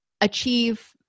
achieve